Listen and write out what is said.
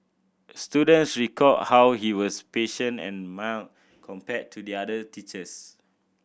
students recalled how he was patient and mild compared to the other teachers